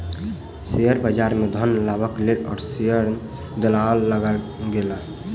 share बजार में धन लाभक लेल ओ शेयर दलालक लग गेला